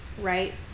right